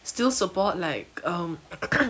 still support like um